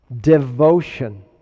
devotion